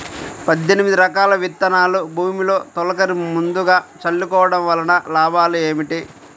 పద్దెనిమిది రకాల విత్తనాలు భూమిలో తొలకరి ముందుగా చల్లుకోవటం వలన లాభాలు ఏమిటి?